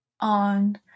on